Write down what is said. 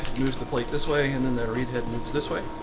moves the plate this way and then the read head moves this way.